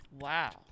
Wow